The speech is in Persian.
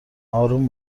آروم